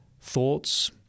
thoughts